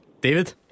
David